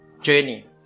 journey